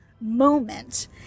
moment